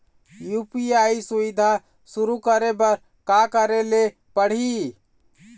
UPI सुविधा शुरू करे बर का करे ले पड़ही?